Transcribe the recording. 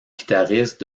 guitariste